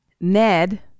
Ned